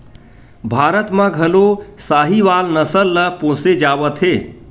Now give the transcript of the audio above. भारत म घलो साहीवाल नसल ल पोसे जावत हे